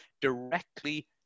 directly